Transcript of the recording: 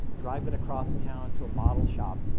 drive it across town to a model shop.